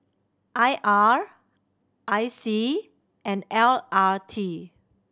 I R I C and L R T